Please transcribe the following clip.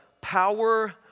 power